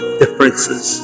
differences